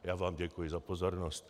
Já vám děkuji za pozornost.